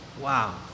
wow